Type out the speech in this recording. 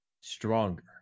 Stronger